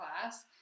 class